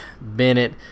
Bennett